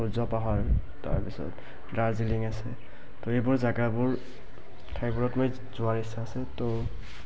সূৰ্যপাহৰ তাৰপিছত দাৰ্জিলিং আছে তো এইবোৰ জেগাবোৰ ঠাইবোৰত মই যোৱাৰ ইচ্ছা আছে তো